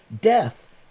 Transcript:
Death